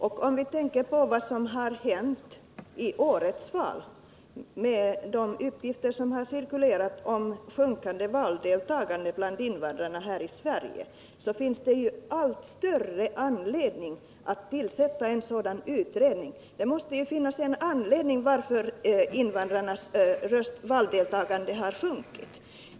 Efter vad som har hänt i årets val — det har cirkulerat uppgifter om sjunkande valdeltagande bland invandrarna här i Sverige — finns det ännu större anledning att tillsätta en utredning. Det måste ju finnas en anledning till att invandrarnas valdeltagande har sjunkit.